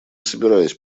собираюсь